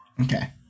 Okay